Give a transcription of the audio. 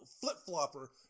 flip-flopper